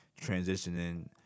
transitioning